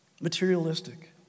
materialistic